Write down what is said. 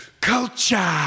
culture